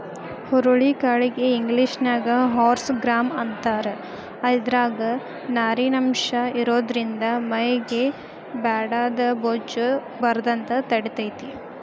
ಹುರುಳಿ ಕಾಳಿಗೆ ಇಂಗ್ಲೇಷನ್ಯಾಗ ಹಾರ್ಸ್ ಗ್ರಾಂ ಅಂತಾರ, ಇದ್ರಾಗ ನಾರಿನಂಶ ಇರೋದ್ರಿಂದ ಮೈಗೆ ಬ್ಯಾಡಾದ ಬೊಜ್ಜ ಬರದಂಗ ಮಾಡ್ತೆತಿ